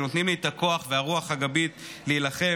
שנותנים לי את הכוח והרוח הגבית להילחם.